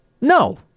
No